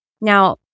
Now